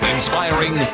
Inspiring